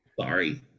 Sorry